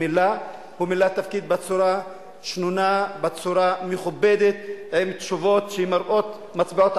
לפעמים גם להתפשר על דברים שהם צודקים ונכונים.